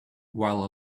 while